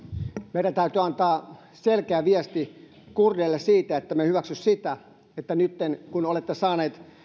meidän täytyy antaa selkeä viesti kurdeille että emme hyväksy sitä että nytten kun olette saaneet